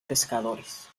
pescadores